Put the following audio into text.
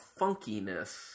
funkiness